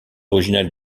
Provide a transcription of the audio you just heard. originale